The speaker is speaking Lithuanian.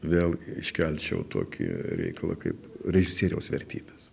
vėl iškelčiau tokį reikalą kaip režisieriaus vertybės